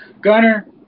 Gunner